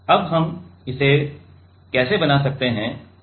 अब हम इसे कैसे बना सकते हैं